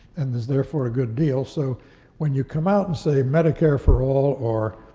and is therefore a good deal. so when you come out and say, medicare for all or